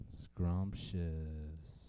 scrumptious